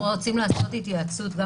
הם רוצים לעשות התייעצות.